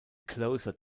closer